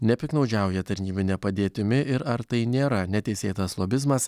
nepiktnaudžiauja tarnybine padėtimi ir ar tai nėra neteisėtas lobizmas